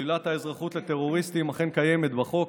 שלילת האזרחות לטרוריסטים אכן קיימת בחוק,